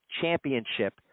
championship